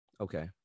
okay